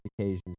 occasions